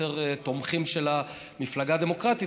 יותר תומכים של המפלגה הדמוקרטית.